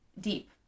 deep